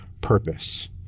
purpose